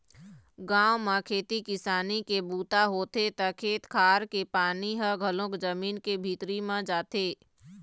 गाँव म खेती किसानी के बूता होथे त खेत खार के पानी ह घलोक जमीन के भीतरी म जाथे